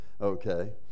Okay